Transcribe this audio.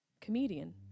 comedian